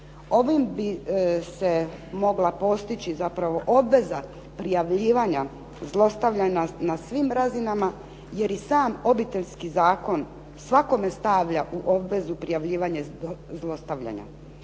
Ovim bi se mogla postići zapravo obveza prijavljivanja zlostavljanja na svim razinama jer i sam Obiteljski zakon svakome stavlja u obvezu prijavljivanje zlostavljanja.